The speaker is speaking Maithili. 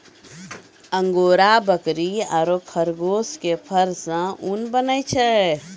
अंगोरा बकरी आरो खरगोश के फर सॅ ऊन बनै छै